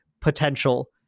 potential